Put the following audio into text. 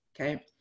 okay